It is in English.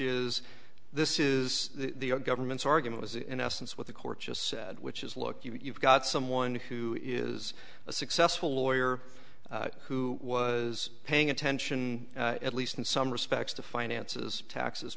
is this is the government's argument is in essence what the court just said which is look you've got someone who is a successful lawyer who was paying attention at least in some respects to finances taxes